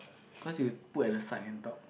cause you put at the side and top